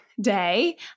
day